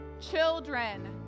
children